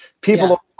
People